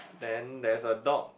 then there's a dog